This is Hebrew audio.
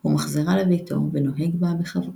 הוא מחזירה לביתו ונוהג בה בכבוד.